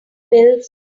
pills